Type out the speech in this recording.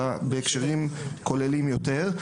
אלא בהקשרים כוללים יותר.